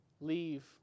leave